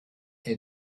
est